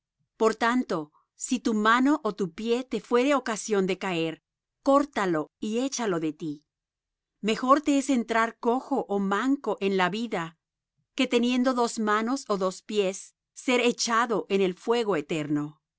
por tanto si tu mano ó tu pie te fuere ocasión de caer córtalo y echaló de ti mejor te es entrar cojo ó manco en la vida que teniendo dos manos ó dos pies ser echado en el fuego eterno